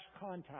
contact